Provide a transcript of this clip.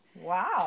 Wow